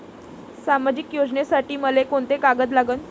सामाजिक योजनेसाठी मले कोंते कागद लागन?